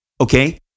okay